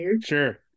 sure